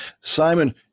Simon